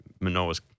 Manoa's